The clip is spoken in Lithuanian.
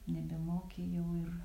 nebemoki jau ir